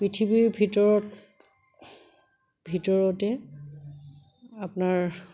পৃথিৱীৰ ভিতৰত ভিতৰতে আপোনাৰ